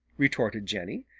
retorted jenny.